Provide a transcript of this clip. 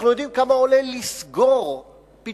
אנחנו יודעים כמה עולה לסגור פיתוח.